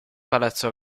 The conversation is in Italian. palazzo